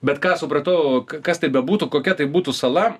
bet ką supratau kas tai bebūtų kokia tai būtų sala